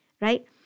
right